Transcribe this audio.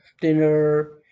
dinner